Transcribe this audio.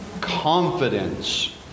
Confidence